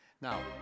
Now